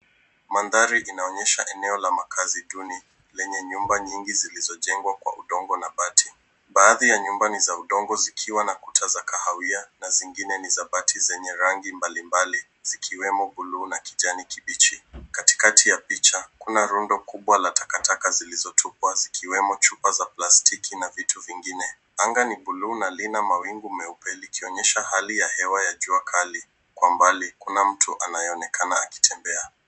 Mandhari inaonyesha eneo la makazi duni lenye nyumba nyingi zilizojengwa kwa udongo na bati. Baadhi ya nyumba ni za udongo zikiwa na kuta za kahawia na zingine ni za bati zenye rangi mbalimbali zikiwemo buluu na kijani kibichi. Katikati ya picha kuna rundo kubwa la taka zilizotupwa ikiwemo chupa za plastiki na vitu vingine. Anga ni buluu na lina mawingu meupe likionyesha hali ya jua kali. Kwa mbali kuna mtu anayeonekana akitembea.